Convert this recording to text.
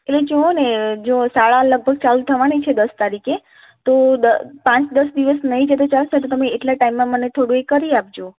એટલે જુઓ ને જો શાળા લગભગ ચાલું થવાની છે દસ તારીખે તો પાંચ દસ દિવસ નહીં જાય તો ચાલશે તો તમે એટલા ટાઈમમાં મને થોડું એ કરી આપજો